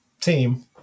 team